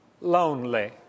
lonely